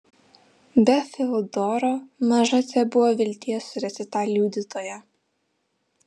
be fiodoro maža tebuvo vilties surasti tą liudytoją